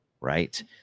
right